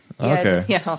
Okay